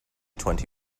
twenty